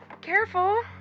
Careful